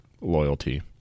loyalty